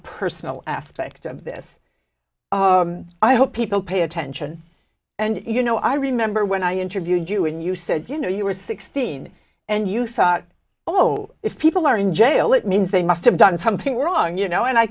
personal aspect of this i hope people pay attention and you know i remember when i interviewed you and you said you know you were sixteen and you thought oh if people are in jail it means they must have done something wrong you know and i